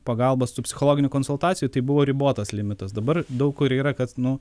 pagalbos tų psichologinių konsultacijų tai buvo ribotas limitas dabar daug kur yra kad nu